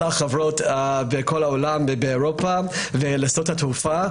החברות בכל העולם ובאירופה ולשדות התעופה,